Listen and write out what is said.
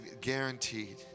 guaranteed